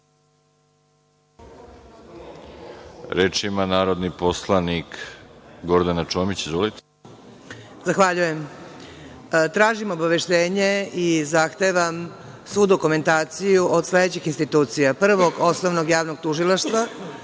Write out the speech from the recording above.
Reč ima narodni poslanik Gordana Čomić. **Gordana Čomić** Zahvaljujem. Tražim obaveštenje i zahtevam svu dokumentaciju od sledećih institucija: Prvog osnovnog javnog tužilaštva,